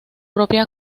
propia